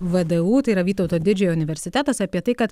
vdu tai yra vytauto didžiojo universitetas apie tai kad